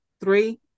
three